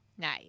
Nice